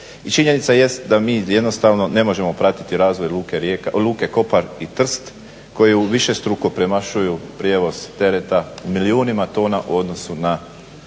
činjenica jest da mi jednostavno ne možemo pratiti razvoj luke Kopar i Trst koji višestruko premašuju prijevoz tereta u milijunima tona u odnosu na luku